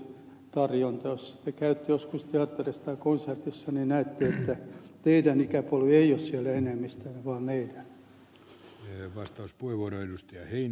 jos te käytte joskus teatterissa tai konsertissa niin näette että teidän ikäpolvi ei ole siellä enemmistönä vaan meidän